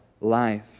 life